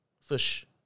fish